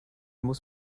muss